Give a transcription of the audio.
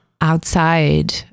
outside